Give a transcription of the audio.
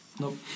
Nope